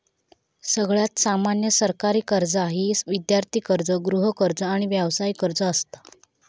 सगळ्यात सामान्य सरकारी कर्जा ही विद्यार्थी कर्ज, गृहकर्ज, आणि व्यावसायिक कर्ज असता